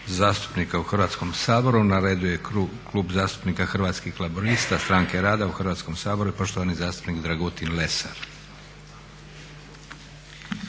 zastupnika u Hrvatskom saboru. Na redu je Klub zastupnika Hrvatskih laburista stranke rada u Hrvatskom saboru i poštovani zastupnik Dragutin Lesar.